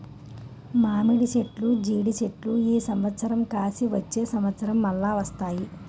మామిడి చెట్లు జీడి చెట్లు ఈ సంవత్సరం కాసి వచ్చే సంవత్సరం మల్ల వస్తాయి